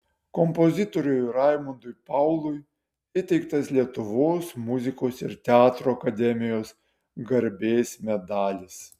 kompozitoriui raimondui paului įteiktas lietuvos muzikos ir teatro akademijos garbės medalis